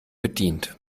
bedient